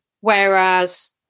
whereas